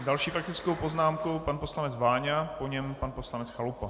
S další faktickou poznámkou pan poslanec Váňa, po něm pan poslanec Chalupa.